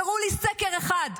תראו לי סקר אחד,